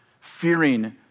fearing